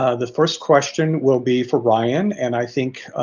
ah the first question will be for ryan, and i think